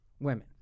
women